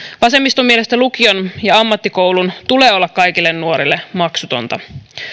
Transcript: vasemmiston mielestä lukion ja ammattikoulun tulee olla kaikille nuorille maksutonta